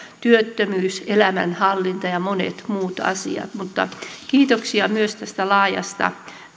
työttömyys elämänhallinta ja monet muut asiat mutta kiitoksia myös tästä laajasta